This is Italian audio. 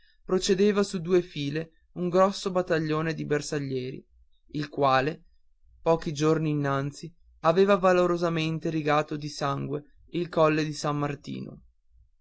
procedeva su due file un grosso battaglione di bersaglieri il quale pochi giorni innanzi aveva valorosamente rigato di sangue il colle di san martino